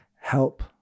help